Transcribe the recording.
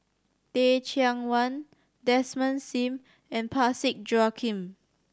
Teh Cheang Wan Desmond Sim and Parsick Joaquim